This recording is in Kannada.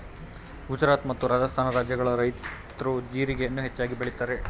ಗುಜರಾತ್ ಮತ್ತು ರಾಜಸ್ಥಾನ ರಾಜ್ಯಗಳ ರೈತ್ರು ಜೀರಿಗೆಯನ್ನು ಹೆಚ್ಚಾಗಿ ಬೆಳಿತರೆ